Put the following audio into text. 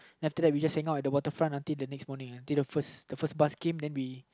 then after that we just hang out at the Waterfront until the first bus came then we